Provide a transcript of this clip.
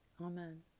Amen